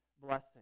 blessing